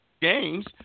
games